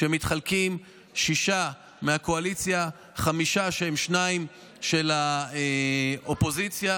שמתחלקים שישה מהקואליציה וחמישה שהם שניים של האופוזיציה